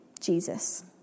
Jesus